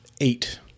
Eight